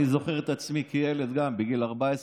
אני זוכר גם את עצמי כילד בגיל 13,